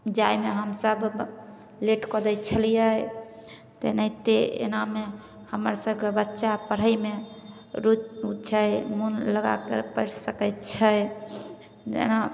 जाइमे हमसब लेट कऽ दै छलियै तेनाहिते एनामे हमर सबके बच्चा पढ़यमे रूचि छै मोन लगा कऽ पढ़ि सकय छै जेना